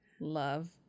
love